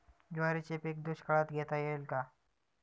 ज्वारीचे पीक दुष्काळात घेता येईल का?